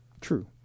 True